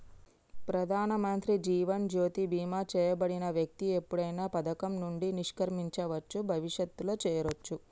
ప్రధానమంత్రి జీవన్ జ్యోతి బీమా చేయబడిన వ్యక్తి ఎప్పుడైనా పథకం నుండి నిష్క్రమించవచ్చు, భవిష్యత్తులో చేరొచ్చు